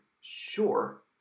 sure